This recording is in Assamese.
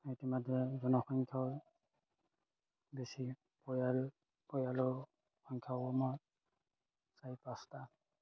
ইতিমধ্যে জনসংখ্যাও বেছি পৰিয়াল পৰিয়ালৰ সংখ্যাও আমাৰ চাৰি পাঁচটা